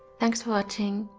thanks for watching!